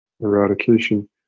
eradication